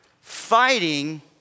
Fighting